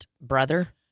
brother